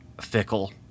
fickle